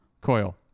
Coil